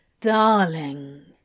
Darling